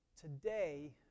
today